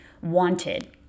wanted